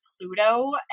pluto